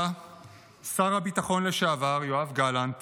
הביטחון לשעבר יואב גלנט